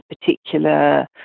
particular